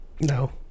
No